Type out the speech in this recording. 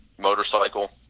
Motorcycle